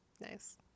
nice